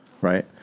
right